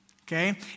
Okay